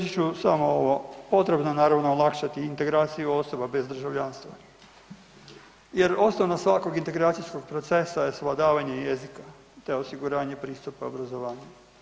Reći ću smo ovo, potrebno je naravno olakšati integraciju osoba bez državljanstva jer osnova svakog integracijskog procesa je svladavanje jezika te osiguranje pristupa obrazovanju.